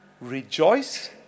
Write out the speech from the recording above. rejoice